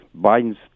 Biden's